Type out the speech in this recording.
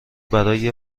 برای